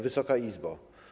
Wysoka Izbo!